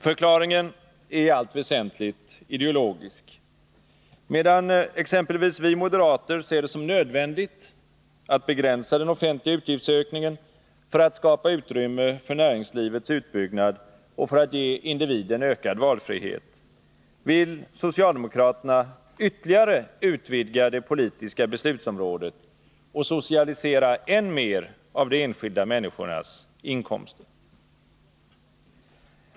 Förklaringen är i allt väsentligt ideologisk. Medan exempelvis vi moderater ser det som nödvändigt att begränsa den offentliga utgiftsökningen för att skapa utrymme för näringslivets utbyggnad och för att ge individen ökad valfrihet, vill socialdemokraterna ytterligare utvidga det politiska beslutsområdet och socialisera än mer av de enskilda människornas inkomster.